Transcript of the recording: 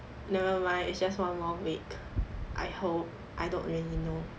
never mind it's just one more week I hope I don't really know